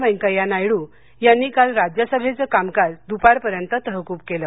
वेन्कैया नायडू यांनी काल राज्यसभेचं कामकाज दुपारपर्यंत तहकूब केलं